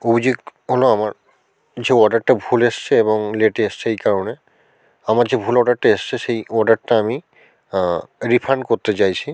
অভিযোগ হলো আমার যে অর্ডারটা ভুল এসেছে এবং লেটে এসেছে এই কারণে আমার যে ভুল অর্ডারটা এসেছে সেই অর্ডারটা আমি রিফাণ্ড করতে চাইছি